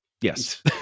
Yes